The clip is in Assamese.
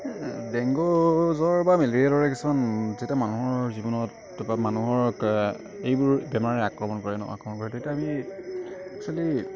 ডেংগু জ্বৰ বা মেলেৰিয়াৰ দৰে কিছুমান যেতিয়া মানুহৰ জীৱনত বা মানুহৰ এইবোৰ বেমাৰে আক্ৰমণ কৰে ন আক্ৰমণ কৰে তেতিয়া আমি এক্সুৱেলি